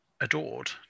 adored